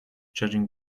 judging